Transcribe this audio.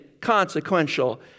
consequential